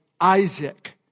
Isaac